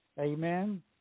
Amen